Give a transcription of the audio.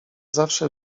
zawsze